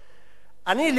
אני לילות לא ישנתי.